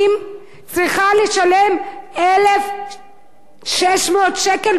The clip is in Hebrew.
צריכה לשלם 1,600 שקל בקיבוץ?